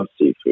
seafood